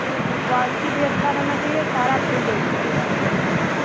लिख क्वालटी भी अच्छा रहना चाहिए सारा फूल दे दीजिएगा जितना होगा